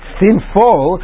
sinful